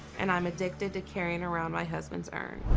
and i'm addicted to carrying around my husband's urn.